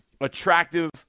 attractive